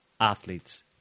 athletes